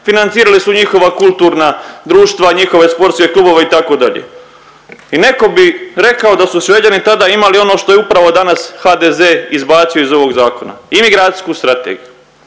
financirali su njihova kulturna društva, njihove sportske klubove itd. I neko bi rekao da su Šveđani tada imali ono što je upravo danas HDZ izbacio iz ovog zakona, imigracijsku strategiju.